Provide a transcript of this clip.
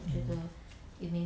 mm